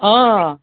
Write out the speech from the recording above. ആ